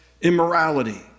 immorality